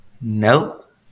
Nope